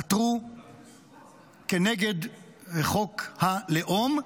עתרו כנגד חוק הלאום,